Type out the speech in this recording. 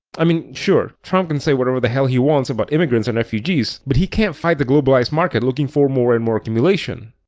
i mean sure, trump can say whatever the hell he wants about immigrants and refugees but he can't fight the globalized market looking for more and more accumulation.